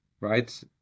right